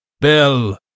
Bill